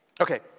Okay